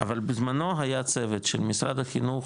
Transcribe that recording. אבל בזמנו היה צוות של משרד החינוך,